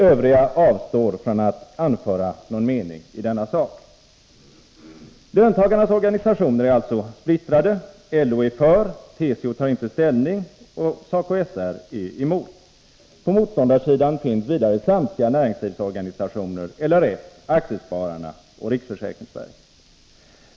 Övriga avstår från att anföra någon mening i denna sak. Löntagarnas organisationer är alltså splittrade. LO är för, TCO tar inte ställning och SACO/SR är emot. På motståndarsidan finns vidare samtliga näringslivsorganisationer, LRF, Aktiespararna och riksförsäkringsverket.